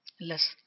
less